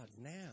now